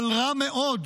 אבל רע מאוד,